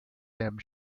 him